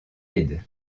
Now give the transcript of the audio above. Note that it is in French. aide